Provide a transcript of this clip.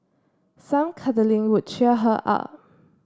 some cuddling could cheer her up